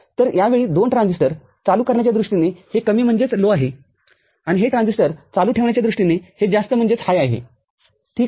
तरया वेळी दोन ट्रान्झिस्टर चालू करण्याच्या दृष्टीने हे कमीआहे आणि हे ट्रान्झिस्टर चालू ठेवण्याच्या दृष्टीने हे जास्तआहेठीक आहे